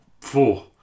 Four